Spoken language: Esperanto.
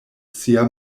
sia